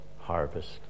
harvest